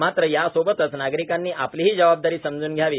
मात्र यासोबतच नागरिकांनी आपलीही जबाबदारी समजून घ्यावी